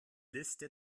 liste